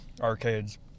arcades